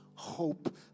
Hope